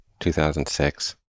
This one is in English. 2006